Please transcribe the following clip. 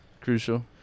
crucial